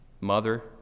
mother